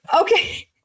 okay